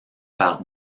par